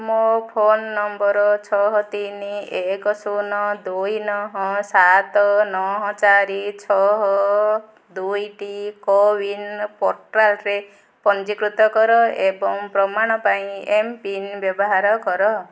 ମୋ phone number ଛଅ ତିନି ଏକ ଶୂନ ଦୁଇ ନଅ ସାତ ନଅ ଚାରି ଛଅ ଦୁଇଟି କୋୱିନ୍ ପୋର୍ଟାଲ୍ରେ ପଞ୍ଜୀକୃତ କର ଏବଂ ପ୍ରମାଣ ପାଇଁ ଏମ୍ ପିନ୍ ବ୍ୟବହାର କର